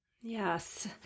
Yes